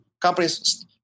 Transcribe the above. Companies